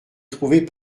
trouvés